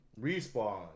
Respawn